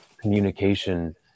communication